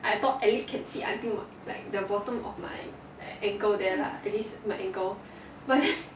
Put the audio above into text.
I thought at least can feed like the bottom of my uncle there lah at least